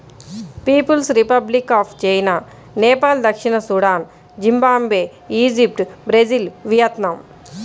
peoples Republic of China, Nepal దక్షిణ Sudan, Zimbabwe, Egypt, Brazil, Vietnam